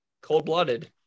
cold-blooded